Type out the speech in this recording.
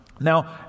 Now